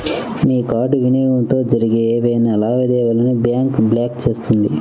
మీ card వినియోగంతో జరిగే ఏవైనా లావాదేవీలను బ్యాంక్ బ్లాక్ చేస్తుంది